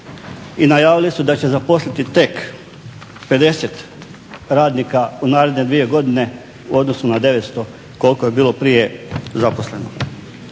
i najavili su da će zaposliti tek 50 radnika u naredne dvije godine u odnosu na 900 koliko je bilo prije zaposleno.